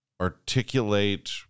articulate